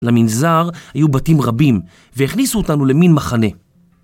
למנזר היו בתים רבים, והכניסו אותנו למין מחנה.